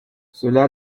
cela